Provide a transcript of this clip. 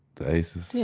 the aces? yeah